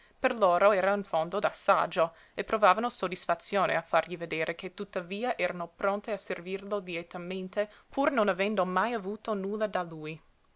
per loro era in fondo da saggio e provavano soddisfazione a fargli vedere che tuttavia erano pronte a servirlo lietamente pur non avendo mai avuto nulla da lui